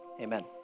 amen